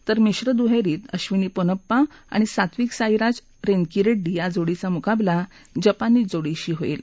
तर मिश्र दुहेरीत अबिनी पोनप्पा आणि सात्विकसाईराज रेन्कीरेड्डी या जोड़ीचा मुकाबला जापानी जोड़ीशी होईल